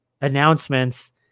announcements